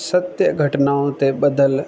सत्य घटनाऊं ते बधियल